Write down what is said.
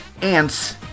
Ants